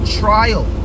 trial